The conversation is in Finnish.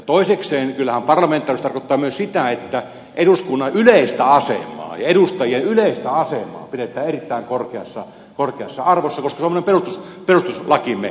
toisekseen kyllähän parlamentaarisuus tarkoittaa myös sitä että eduskunnan yleistä asemaa ja edustajien yleistä asemaa pidetään erittäin korkeassa arvossa koska se on meidän perustuslakimme henki